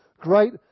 great